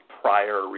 prior